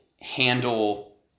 handle